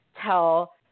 tell